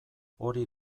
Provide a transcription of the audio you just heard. hori